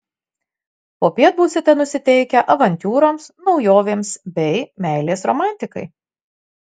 popiet būsite nusiteikę avantiūroms naujovėms bei meilės romantikai